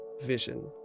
vision